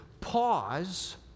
pause